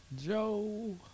Joe